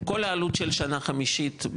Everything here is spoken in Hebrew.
כל העלות של שנה חמישית.